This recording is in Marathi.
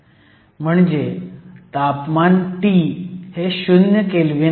म्हणजे तापमान T हे 0 केल्व्हीन आहे